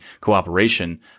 cooperation